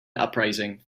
uprising